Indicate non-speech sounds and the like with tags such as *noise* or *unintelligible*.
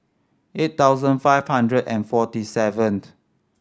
eight thousand five hundred and forty seven *unintelligible*